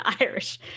Irish